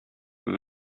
with